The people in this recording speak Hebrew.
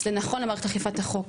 זה נכון למערכת אכיפת החוק.